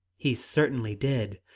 he certainly did.